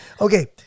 Okay